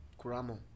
Kuramo